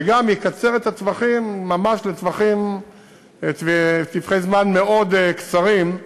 וגם יקצר את הטווחים ממש לטווחי זמן מאוד קצרים,